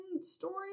story